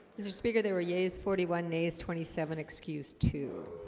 mr. speaker they were yeas forty one days twenty seven excused to